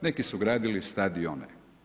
Neki su gradili stadione.